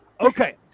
okay